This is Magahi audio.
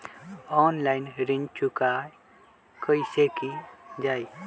ऑनलाइन ऋण चुकाई कईसे की ञाई?